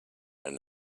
and